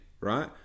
Right